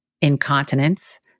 incontinence